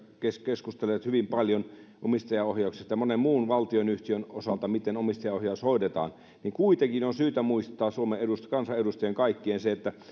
keskustelleet hyvin paljon ja monen muun valtionyhtiön osalta miten omistajaohjaus hoidetaan niin kuitenkin on syytä muistaa kaikkien suomen kansanedustajien se että